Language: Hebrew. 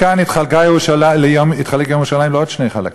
מכאן התחלק יום ירושלים לעוד שני חלקים: